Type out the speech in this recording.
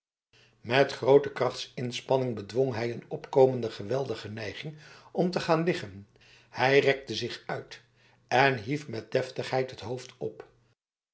met grote krachtsinspanning bedwong hij een opkomende geweldige neiging om te gaan liggen hij rekte zich uit en hief met deftigheid het hoofd op